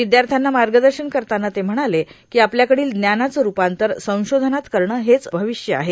विद्यार्थ्यांना मार्गदर्शन करतांना ते म्हणाले की आपल्याकडील ज्ञानाचे रुपांतर संशोधनात करणे हेच भविष्य आहे